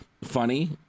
funny